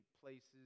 places